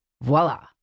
Voila